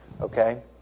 Okay